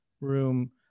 room